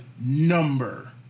number